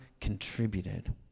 contributed